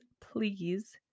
please